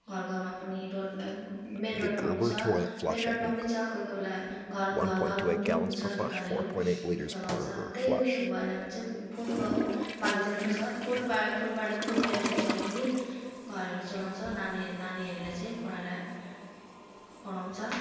घर घरमा पनि रोडमा मेन रोडमा पनि पनि छ मेन रोडमा पनि नि छ कोही कोही बेला घर घर घरमा पनि हुन्छ दोकानहरू अन्त चलाउँछ त्यही पनि भएन भने चाहिँ फुलको बगैँचा पनि छ फुलबा फुलबारी फुलहरू बेचेर पनि घरहरू चलाउँछ नानी नानीहरूलाई चाहिँ पढाएर पढाउँछ